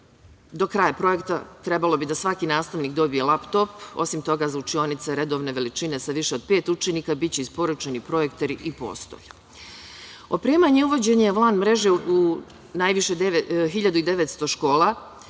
Do kraja projekta trebalo bi da svaki nastavnik dobije laptop. Osim toga za učionice redovne veličine sa više od pet učenika, biće isporučeni projektori i postolja. Opremanje i uvođenje WLAN mreže u 1.900 škola